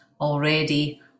already